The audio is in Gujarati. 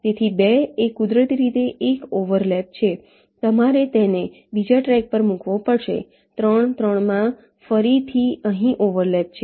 તેથી 2 એ કુદરતી રીતે એક ઓવરલેપ છે તમારે તેને બીજા ટ્રેક પર મૂકવો પડશે 3 - 3 માં ફરીથી અહીં ઓવરલેપ છે